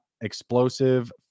explosive